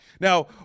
Now